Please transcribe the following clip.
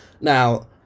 Now